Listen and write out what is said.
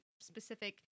specific